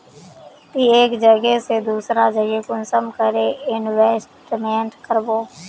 ती एक जगह से दूसरा जगह कुंसम करे इन्वेस्टमेंट करबो?